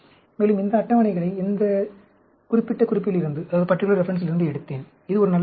மேலும் இந்த அட்டவணைகளை இந்த குறிப்பிட்ட குறிப்பிலிருந்து எடுத்தேன் இது ஒரு நல்ல குறிப்பு